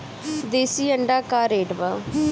देशी अंडा का रेट बा?